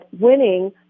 winning